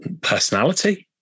personality